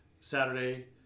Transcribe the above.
Saturday